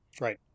Right